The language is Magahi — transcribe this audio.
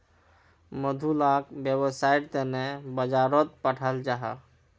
मधु लाक वैव्सायेर तने बाजारोत पठाल जाहा